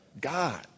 God